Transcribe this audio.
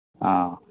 ആ